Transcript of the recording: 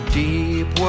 deep